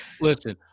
Listen